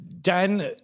Dan